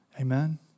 Amen